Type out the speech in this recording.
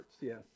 Yes